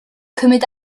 cymryd